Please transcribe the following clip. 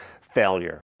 failure